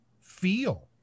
feel